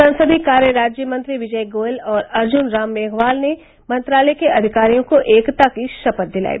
संसदीय कार्य राज्य मंत्री विजय गोयल और अर्जुन राम मेघवाल ने मंत्रालय के अधिकारियों को एकता की शपथ दिलाई